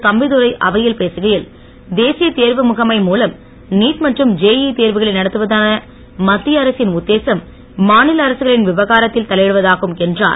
தம்பிதுரை அவையில் பேசகையில் தேசியத் தேர்வு முகமை மூலம் நீட் மற்றும் ஜேசஈ தேர்வுகளை நடத்துவதான மத்திய அரசின் உத்தேசம் மாநில அரசுகளின் விவகாரத்தில் தலையிடுவதாகும் என்றுர்